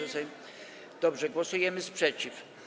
Dobrze, głosujemy, sprzeciw.